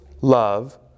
love